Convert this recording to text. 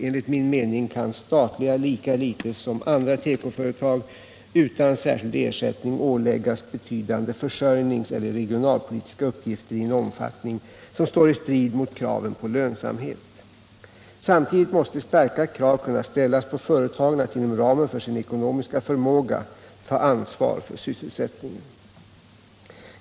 Enligt min mening kan statliga lika litet som andra tekoföretag utan särskild ersättning åläggas betungande försörjningseller regionalpolitiska uppgifter i en omfattning som står i strid mot kraven på lönsamhet. Samtidigt måste starka krav kunna ställas på företagen att inom ramen för sin ekonomiska förmåga ta ansvar för sysselsättningen.